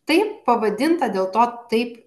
taip pavadinta dėl to taip